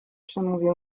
przemówił